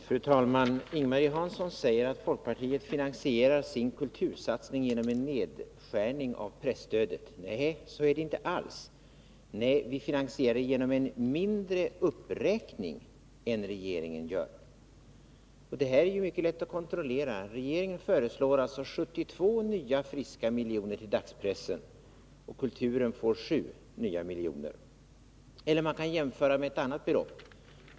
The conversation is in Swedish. Fru talman! Ing-Mari Hansson säger att folkpartiet finansierar sin kultursatsning genom en nedskärning av presstödet. Nej, så är det inte alls. Vi finansierar den genom att göra en mindre uppräkning än regeringen. Det är mycket lätt att kontrollera. Regeringen föreslår 72 nya friska miljoner till dagspressen. Kulturen får 7 nya miljoner. Man kan också jämföra med ett annat belopp.